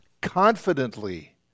confidently